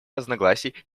разногласий